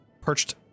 perched